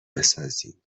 بسازیم